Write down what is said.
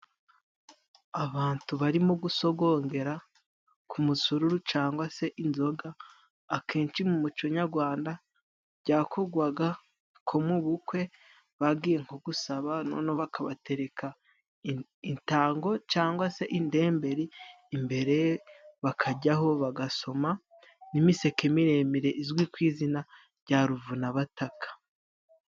Abantu barimo gusogongera ku musururu cyangwa se inzoga. Akenshi mu muco nyarwanda byakorwaga nko mu bukwe bagiye nko gusaba, noneho bakabatereka intango cyangwa se indemberi imbere bakajyaho bagasoma n'imiseke miremire, izwi ku izina rya ruvunabataka.